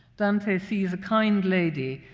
dante sees a kind lady,